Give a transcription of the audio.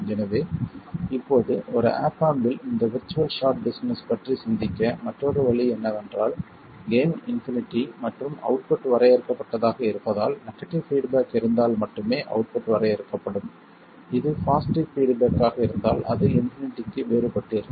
எனவே இப்போது ஒரு ஆப் ஆம்ப் இல் இந்த விர்ச்சுவல் ஷார்ட் பிசினஸ் பற்றி சிந்திக்க மற்றொரு வழி என்னவென்றால் கெய்ன் இன்பினிட்டி மற்றும் அவுட்புட் வரையறுக்கப்பட்டதாக இருப்பதால் நெகடிவ் பீட்பேக் இருந்தால் மட்டுமே அவுட்புட் வரையறுக்கப்படும் இது பாசிட்டிவ் பீட்பேக் ஆக இருந்தால் அது இன்பினிட்டிக்கு வேறுபட்டு இருக்கும்